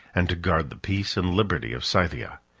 and to guard the peace and liberty of scythia.